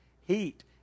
heat